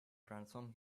transform